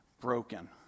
broken